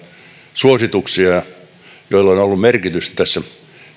suosituksia joilla on on ollut merkitystä tässä